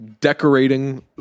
decorating